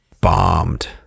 bombed